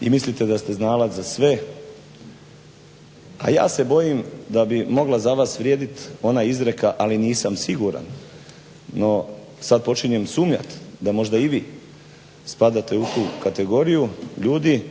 i mislite da ste znalac za sve, a ja se bojim da bi mogla za vas vrijedit ona izreka ali nisam siguran no sad počinjem sumnjat da možda i vi spadate u tu kategoriju ljudi